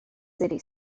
city